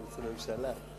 אילוצי ממשלה.